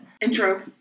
Intro